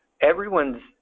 everyone's